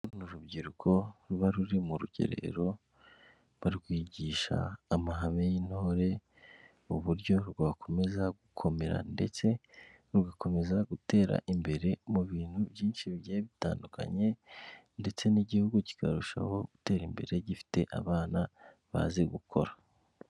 Uru ni rubyiruko ruba ruri mu rugerero ,barwigisha amahame y'intore uburyo rwakomeza gukomera ndetse rugakomeza gutera imbere mu bintu byinshi bigiye bitandukanye, ndetse n'igihugu kikarushaho gutera imbere gifite abana bazi gukora.